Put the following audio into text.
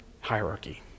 hierarchy